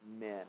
men